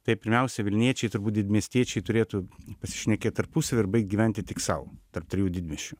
tai pirmiausia vilniečiai turbūt didmiestiečiai turėtų pasišnekėt tarpusavy ir baigt gyventi tik sau tarp trijų didmiesčių